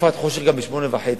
בצרפת חושך גם ב-08:30.